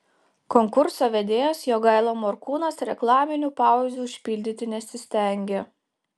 konkurso vedėjas jogaila morkūnas reklaminių pauzių užpildyti nesistengė